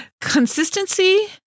consistency